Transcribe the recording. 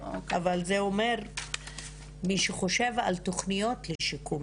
אבל זה אומר שמי שחושב על התוכניות לשיקום